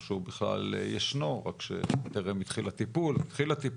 או שהוא בכלל ישנו רק שטרם התחיל הטיפול?